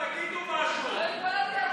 להצעת חוק נישואין וגירושין,